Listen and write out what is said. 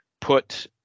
put